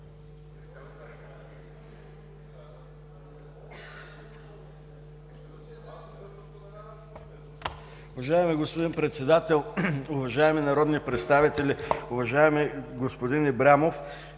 Уважаеми господин Председател, уважаеми народни представители! Уважаеми господин Ибрямов,